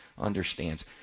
understands –